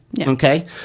Okay